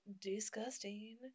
Disgusting